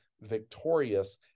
victorious